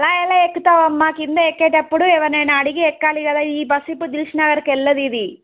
అలా ఎలా ఎక్కుతావు అమ్మ కింద ఎక్కేటప్పుడు ఎవరిని అయినా అడిగి ఎక్కాలి కదా ఈ బస్సు ఇపుడు దిల్సుఖ్నగర్కి వెళ్ళదు ఇది